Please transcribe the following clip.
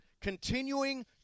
continuing